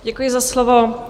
Děkuji za slovo.